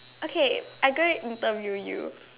okay I go and interview you